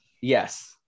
Yes